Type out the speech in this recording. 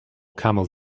camel